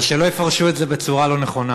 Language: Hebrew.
אבל שלא יפרשו את זה בצורה לא נכונה,